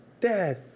Dad